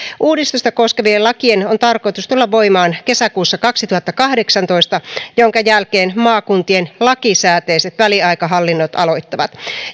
uudistusta koskevien lakien on tarkoitus tulla voimaan kesäkuussa kaksituhattakahdeksantoista minkä jälkeen maakuntien lakisääteiset väliaikaishallinnot aloittavat